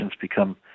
become